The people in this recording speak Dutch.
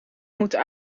moeten